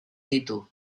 ditu